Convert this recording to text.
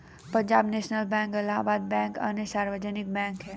Punjab national bank Allahabad bank अन्य सार्वजनिक bank है